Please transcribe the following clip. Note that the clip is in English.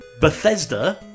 Bethesda